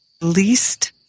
least